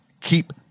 keep